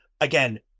again